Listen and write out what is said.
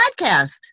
podcast